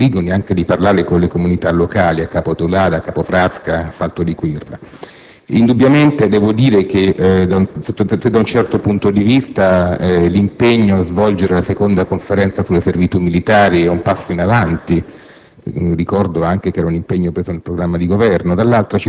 ma ho avuto occasione di visitare alcuni di questi poligoni e anche di parlare con le comunità locali a Capo Teulada, a Capo Frasca, al Salto di Quirra. Indubbiamente, da un certo punto di vista, l'impegno a svolgere la seconda conferenza sulle servitù militari è un passo in avanti.